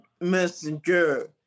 Messenger